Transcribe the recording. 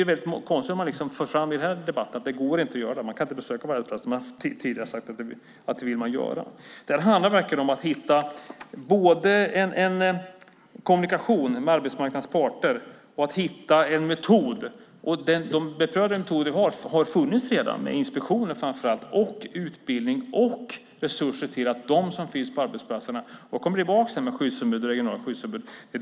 Det blir konstigt om man för fram i debatten här att detta inte går och att man inte kan besöka varje arbetsplats när man tidigare har sagt att man vill göra det. Det handlar verkligen om att hitta både en kommunikation med arbetsmarknadens parter och en metod. Det finns redan beprövade metoder, och det handlar framför allt om inspektioner, utbildning och resurser. Jag kommer tillbaka till detta med skyddsombud och regionala skyddsombud.